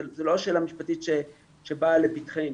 זאת לא שאלה משפטית שבאה לפתחנו.